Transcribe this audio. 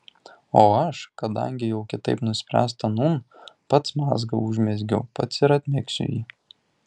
o aš kadangi jau kitaip nuspręsta nūn pats mazgą užmezgiau pats ir atmegsiu jį